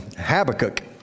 habakkuk